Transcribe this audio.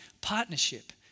partnership